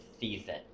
season